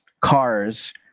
cars